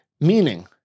Meaning